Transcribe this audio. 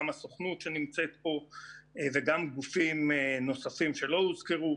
גם הסוכנות שנמצאת פה וגם גופים נוספים שלא הוזכרו,